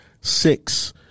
six